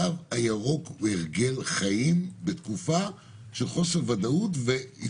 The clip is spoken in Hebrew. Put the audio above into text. התו הירוק הוא הרגל חיים בתקופה של חוסר ודאות.